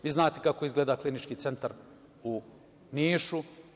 Vi znate kako izgleda Klinički centar u Nišu.